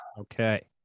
Okay